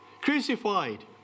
crucified